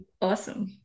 Awesome